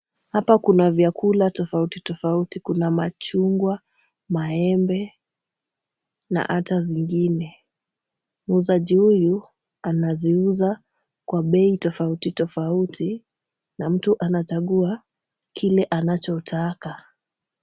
Hapa kuna vyakula tofauti tofauti. Kuna machungwa, maembe na hata vingine. Muuzaji huyu anaziuza kwa bei tofauti tofauti na mtu anachagua kile anachotaka.